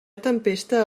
tempesta